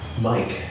Mike